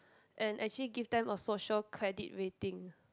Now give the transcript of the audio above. and actually give them a social credit rating